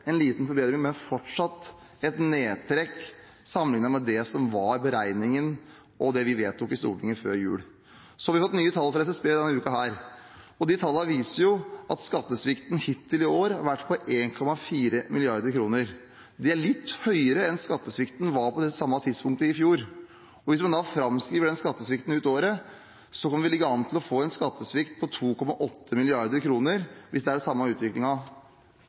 en liten forbedring, men fortsatt et nedtrekk sammenlignet med det som var beregningen, og det vi vedtok i Stortinget før jul. Så har vi fått nye tall fra SSB denne uken. De tallene viser at skattesvikten hittil i år har vært på 1,4 mrd. kr. Det er litt høyere enn skattesvikten var på det samme tidspunktet i fjor. Hvis man da framskriver den skattesvikten ut året, kan vi ligge an til å få en skattesvikt på 2,8 mrd. kr, hvis det er den samme